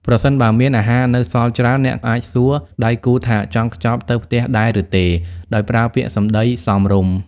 ប្រសិនបើមានអាហារនៅសល់ច្រើន អ្នកអាចសួរដៃគូថាចង់ខ្ចប់ទៅផ្ទះដែរឬទេ ដោយប្រើពាក្យសម្តីសមរម្យ។